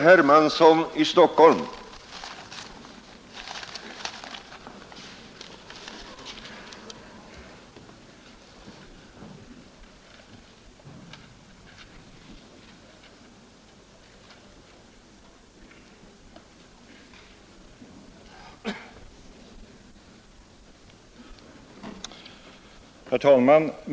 Herr talman!